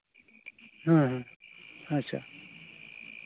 ᱦᱮᱸ ᱦᱮᱸ ᱟᱪᱪᱷᱟ